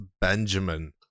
Benjamin